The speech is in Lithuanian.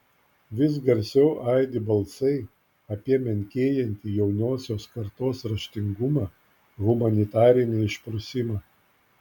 vis garsiau aidi balsai apie menkėjantį jaunosios kartos raštingumą humanitarinį išprusimą